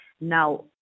now